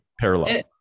parallel